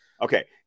okay